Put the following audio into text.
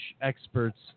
experts